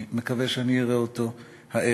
אני מקווה שאני אראה אותו הערב.